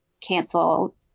cancel